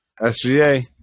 SGA